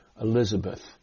Elizabeth